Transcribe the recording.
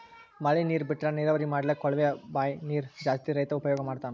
ಮಳಿ ನೀರ್ ಬಿಟ್ರಾ ನೀರಾವರಿ ಮಾಡ್ಲಕ್ಕ್ ಕೊಳವೆ ಬಾಂಯ್ ನೀರ್ ಜಾಸ್ತಿ ರೈತಾ ಉಪಯೋಗ್ ಮಾಡ್ತಾನಾ